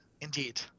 indeed